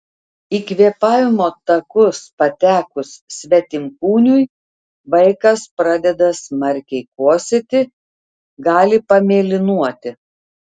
į kvėpavimo takus patekus svetimkūniui vaikas pradeda smarkiai kosėti gali pamėlynuoti